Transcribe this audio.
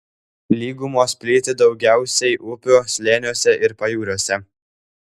lygumos plyti daugiausiai upių slėniuose ir pajūriuose